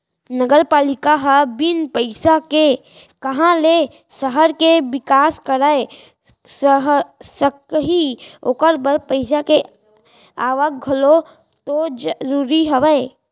नगरपालिका ह बिन पइसा के काँहा ले सहर के बिकास कराय सकही ओखर बर पइसा के आवक घलौ तो जरूरी हवय